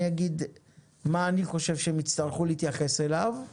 אני אגיד מה אני חושב שהם יצטרכו להתייחס אליו,